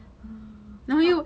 but